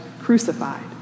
crucified